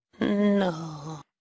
no